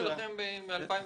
הצעה שלכם מ-2014.